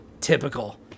Typical